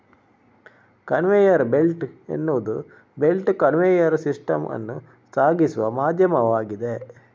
conveyor belt ಎನ್ನುವುದು belt conveyor system ಅನ್ನು ಸಾಗಿಸುವ ಮಾಧ್ಯಮವಾಗಿದೆ